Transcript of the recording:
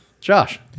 Josh